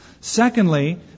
Secondly